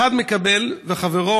אחד מקבל וחברו,